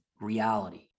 reality